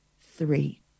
three